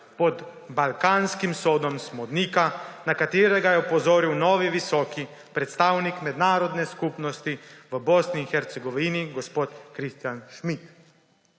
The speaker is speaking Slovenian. pod balkanskim sodom smodnika, na katerega je opozoril novi visoki predstavnik mednarodne skupnosti v Bosni in Hercegovini gospod Christian Schmidt.